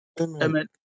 Amen